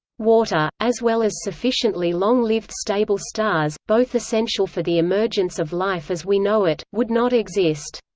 water, as well as sufficiently long-lived stable stars, both essential for the emergence of life as we know it, would not exist.